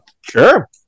Sure